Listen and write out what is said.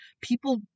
people